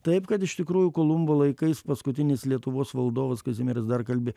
taip kad iš tikrųjų kolumbo laikais paskutinis lietuvos valdovas kazimieras dar kalbė